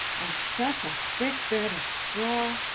and such a thick bed of straw!